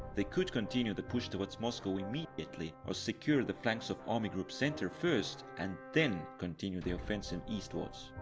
they could continue the push towards moscow immediately or secure the flanks of army group center first and then continue the offensive eastwards.